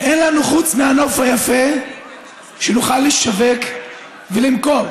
אין לנו חוץ מהנוף היפה שנוכל לשווק ולמכור,